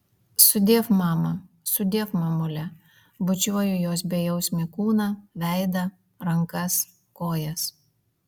sudiev mama sudiev mamule bučiuoju jos bejausmį kūną veidą rankas kojas